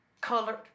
Colored